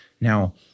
Now